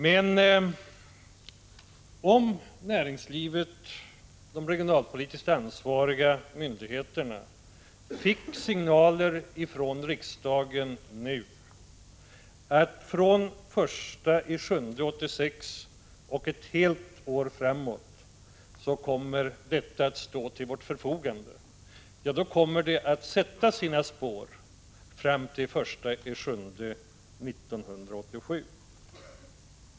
Men om näringslivet och de regionalpolitiskt ansvariga myndigheterna nu fick signaler från riksdagen att pengar i stället kommer att stå till deras förfogande för näringslivsutveckling från den 1 juli 1986 och ett år framåt, skulle det sätta sina spår fram till den 1 juli 1987.